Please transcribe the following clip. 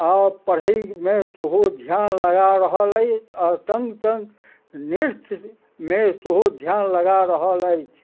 आओर पढ़यमे सेहो ध्यान लगा रहल अछि आओर सङ्ग सङ्ग नृत्यमे सेहो ध्यान लगा रहल अछि